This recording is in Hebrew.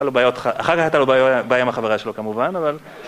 אחר כך הייתה לו בעיה עם החברה שלו כמובן, אבל...